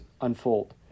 unfold